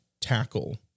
tackle